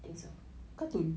think so